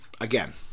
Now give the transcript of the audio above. again